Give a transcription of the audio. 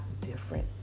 different